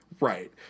Right